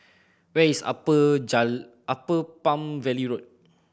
where is Upper Upper Palm Valley Road